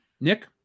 Nick